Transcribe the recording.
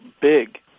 big